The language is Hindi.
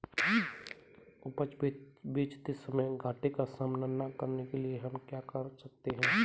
उपज बेचते समय घाटे का सामना न करने के लिए हम क्या कर सकते हैं?